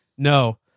no